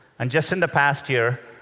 and just in the past year,